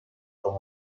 com